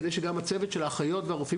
כדי שגם הצוות של האחיות ושל הרופאים,